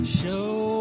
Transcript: show